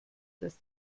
das